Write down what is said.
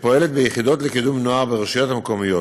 שפועלת ביחידות לקידום נוער ברשויות המקומיות.